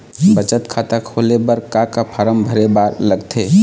बचत खाता खोले बर का का फॉर्म भरे बार लगथे?